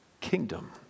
kingdom